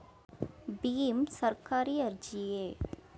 ಭೀಮ್ ಸರ್ಕಾರಿ ಅರ್ಜಿಯೇ?